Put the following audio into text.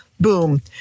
Boom